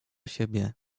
siebie